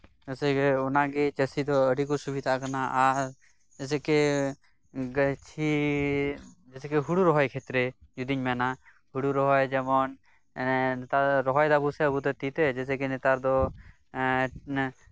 ᱚᱱᱟ ᱜᱮ ᱪᱟᱥᱤ ᱫᱚ ᱟᱰᱤ ᱠᱚ ᱥᱩᱵᱤᱫᱟᱣᱟᱠᱟᱱᱟ ᱟᱨ ᱡᱮᱭᱥᱮᱠᱮ ᱜᱟᱪᱷᱤ ᱡᱮᱭᱥᱮᱠᱮ ᱦᱩᱲᱩ ᱨᱚᱦᱚᱭ ᱠᱷᱮᱛᱨᱮ ᱡᱩᱫᱤᱧ ᱢᱮᱱᱟ ᱦᱩᱲᱩ ᱨᱚᱦᱚᱭ ᱡᱮᱢᱚᱱ ᱮᱸᱜ ᱱᱮᱛᱟᱨ ᱫᱚ ᱨᱚᱦᱚᱭ ᱫᱟᱵᱚᱱ ᱥᱮ ᱟᱵᱚ ᱛᱤ ᱛᱮ ᱮᱸᱜ